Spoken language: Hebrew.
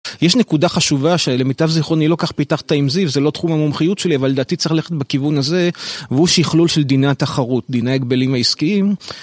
יש נקודה חשובה שלמיטב זיכרוני לא כל כך פיתחת עם זיו, זה לא תחום המומחיות שלי, אבל לדעתי צריך ללכת בכיוון הזה, והוא שכלול של דיני התחרות, דיני ההגבלים העסקיים